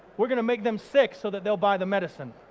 we're gonna make them sick so that they'll buy the medicine.